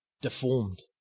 deformed